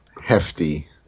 hefty